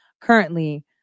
currently